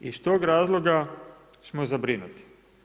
I iz tog razloga smo zabrinuti.